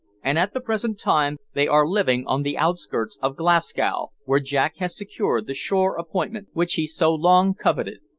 and at the present time they are living on the outskirts of glasgow, where jack has secured the shore appointment which he so long coveted.